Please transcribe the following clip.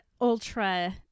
ultra